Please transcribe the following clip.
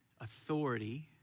authority